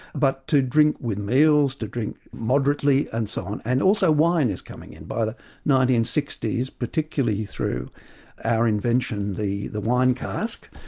but to drink with meals, to drink moderately and so on, and also wine is coming in. by the nineteen sixty s particularly through our invention, the the wine cask,